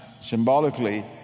symbolically